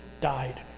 died